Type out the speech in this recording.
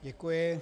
Děkuji.